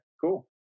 Cool